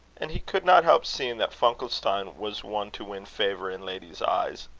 and he could not help seeing that funkelstein was one to win favour in ladies' eyes.